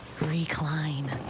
Recline